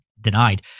denied